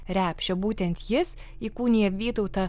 repšio būtent jis įkūnija vytautą